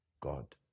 God